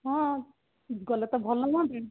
ହଁ ଗଲେ ତ ଭଲ ହୁଅନ୍ତି